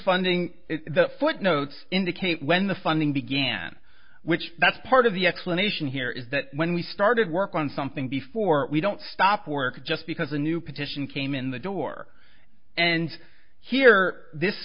funding the footnotes indicate when the funding began which that's part of the explanation here is that when we started work on something before we don't stop work just because a new petition came in the door and here this